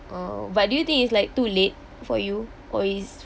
uh what do you think is like too late for you or is